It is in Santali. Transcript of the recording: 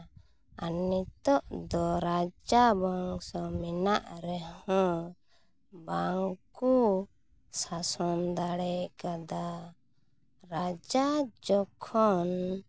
ᱟᱨ ᱱᱤᱛᱳᱜ ᱫᱚ ᱨᱟᱡᱟ ᱵᱚᱝᱥᱚ ᱢᱮᱱᱟᱜ ᱨᱮᱦᱚᱸ ᱵᱟᱝ ᱠᱚ ᱥᱟᱥᱚᱱ ᱫᱟᱲᱮᱭ ᱠᱟᱫᱟ ᱨᱟᱡᱟ ᱡᱚᱠᱷᱚᱱ